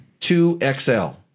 2xl